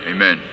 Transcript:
Amen